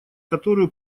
которую